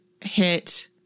hit